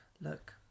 look